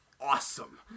awesome